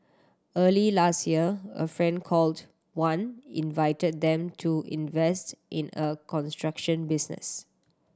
early last year a friend called Wan invited them to invest in a construction business